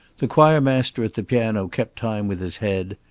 the choir master at the piano kept time with his head.